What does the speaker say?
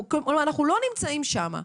אנחנו לא נמצאים שם.